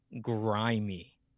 grimy